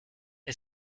est